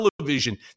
television